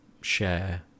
share